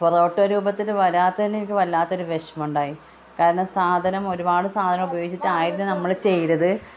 പൊറോട്ട രൂപത്തിൽ വരാത്തതിന് എനിക്ക് വല്ലാത്തൊരു വിഷമം ഉണ്ടായി കാരണം സാധനം ഒരുപാട് സാധനങ്ങൾ ഉപയോഗിച്ചിട്ടായിരുന്നു നമ്മളിത് ചെയ്തത്